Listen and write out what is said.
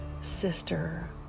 sister